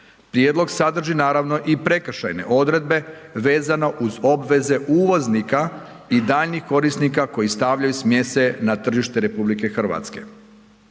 Prijedlog sadrži naravno i prekršajne odredbe vezano uz obveze uvoznika i daljnjih korisnika koji stavljaju smjese na tržište RH. Tako